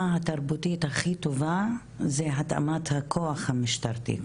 התרבותית הכי טובה זה התאמת הכוח המשטרתי,